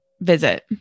visit